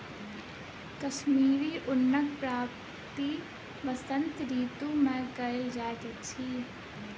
कश्मीरी ऊनक प्राप्ति वसंत ऋतू मे कयल जाइत अछि